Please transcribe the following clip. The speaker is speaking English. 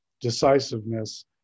decisiveness